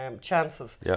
chances